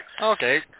Okay